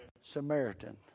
Samaritan